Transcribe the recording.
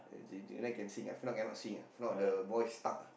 energy drink then can sing ah if not cannot sing ah if not the voice stuck ah